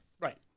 right